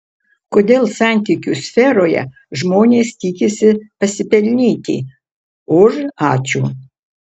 kodėl santykių sferoje žmonės tikisi pasipelnyti už ačiū